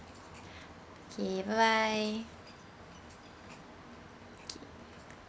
okay bye bye